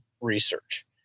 research